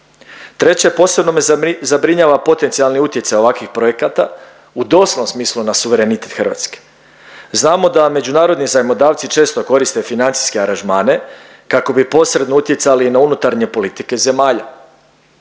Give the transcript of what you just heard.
Treće, posebno me zabrinjava potencijalni utjecaj ovakvih projekata u doslovnom smislu na suverenitet Hrvatske. Znamo da međunarodni zajmodavci često koriste financijske aranžmane kako bi posredno utjecali na unutarnje politike zemalja.